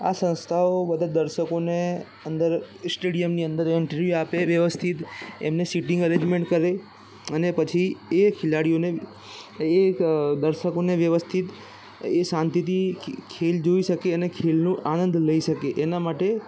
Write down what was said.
આ સંસ્થાઓ બધા દર્શકોને અંદર સ્ટેડિયમની અંદર એન્ટ્રી આપે વ્યવસ્થિત એમને સિટિંગ અરેન્જમેન્ટ કરે અને પછી એ ખેલાડીઓને એ ક દર્શકોને વ્યવસ્થિત એ શાંતિથી ખેલ જોઈ શકે અને ખેલનો આનંદ લઈ શકે એના માટે